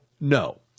no